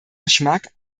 geschmack